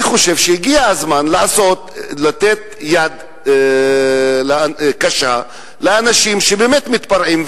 אני חושב שהגיע הזמן לעשות ולנהוג ביד קשה באנשים שבאמת מתפרעים,